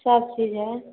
सभचीज हय